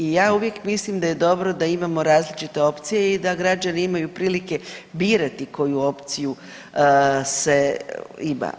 I ja uvijek mislim da je dobro da imamo različite opcije i da građani imaju prilike koju opciju se ima.